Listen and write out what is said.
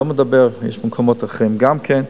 אני לא מדבר על מקומות אחרים גם כן.